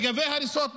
לגבי הריסות בנגב.